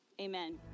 Amen